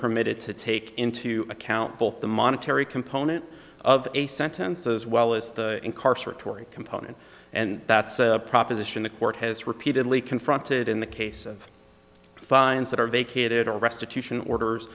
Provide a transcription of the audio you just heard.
permitted to take into account both the monetary component of a sentence as well as the incarcerate torrie component and that's a proposition the court has repeatedly confronted in the case of fines that are vacated arrestor to sion orders